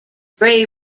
grey